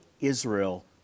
Israel